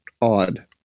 odd